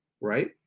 right